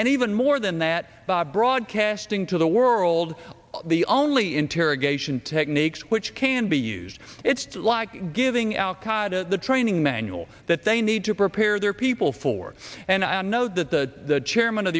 and even more than that broadcasting to the world the only interrogation techniques which can be used it's like giving al qaida the training manual that they need to prepare their people for and i know that the chairman of